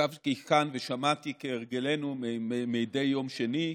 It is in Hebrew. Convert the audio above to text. ישבתי כאן ושמעתי, כהרגלנו כמדי יום שני,